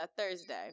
Thursday